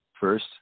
first